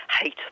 hate